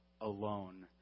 alone